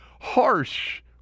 harsh